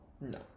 No